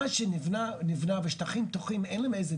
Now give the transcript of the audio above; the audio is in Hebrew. מה שנבנה נבנה בשטחים פתוחים, אין להם איזו